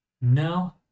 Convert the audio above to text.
No